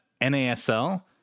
NASL